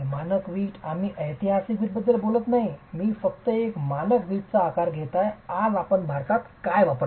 मानक वीट आम्ही ऐतिहासिक वीटबद्दल बोलत नाही मी फक्त एक मानक वीट आकार घेत आहे आज आपण भारतात काय वापरतो